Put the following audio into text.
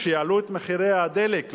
כשהעלו את מחירי הדלק,